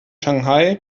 shanghai